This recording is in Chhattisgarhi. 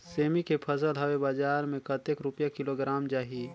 सेमी के फसल हवे बजार मे कतेक रुपिया किलोग्राम जाही?